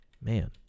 man